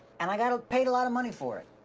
and i got paid a lot of money for it.